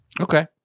Okay